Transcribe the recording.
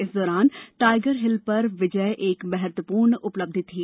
इस दौरान Tiger Hill पर विजय एक महत्वपूर्ण उपलब्धि थी